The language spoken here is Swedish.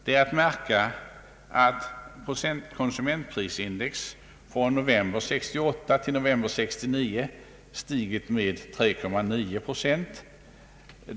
Det är att märka att konsumentprisindex från november 1968 till november 1969 stigit med 3,9 procent.